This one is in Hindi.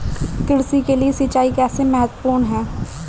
कृषि के लिए सिंचाई कैसे महत्वपूर्ण है?